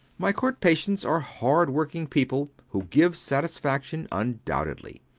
my court patients are hard-working people who give satisfaction, undoubtedly.